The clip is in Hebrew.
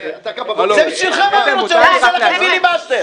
אתה רוצה להרוס לנו את הבית?